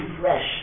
fresh